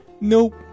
Nope